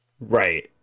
right